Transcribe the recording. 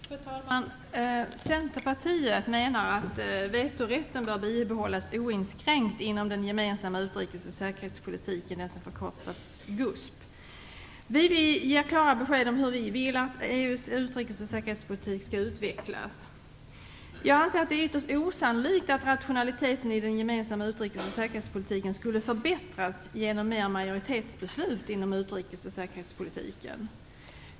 Fru talman! Centerpartiet menar att vetorätten bör bibehållas oinskränkt inom den gemensamma utrikesoch säkerhetspolitiken - den som förkortas GUSP. Vi ger klara besked om hur vi vill att EU:s utrikes och säkerhetspolitik skall utvecklas. Jag anser att det är ytterst osannolikt att rationaliteten i den gemensamma utrikes och säkerhetspolitiken skulle förbättras genom fler majoritetsbeslut inom utrikes och säkerhetspolitiken.